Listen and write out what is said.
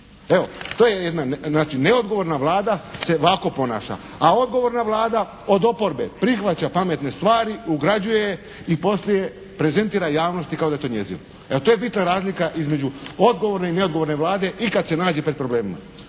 Evo, to jedna znači neodgovorna Vlada se ovako ponaša, a odgovorna Vlada od oporbe prihvaća pametne stvari, ugrađuje i poslije prezentira javnosti kao da je to njezino. Evo, to je bitna razlika između odgovorne i neodgovorne Vlade i kad se nađe pred problemima.